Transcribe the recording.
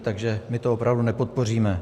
Takže my to opravdu nepodpoříme.